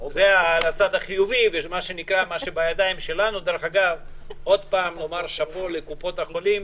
יש לתת את כל המחמאות לקופות החולים.